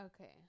Okay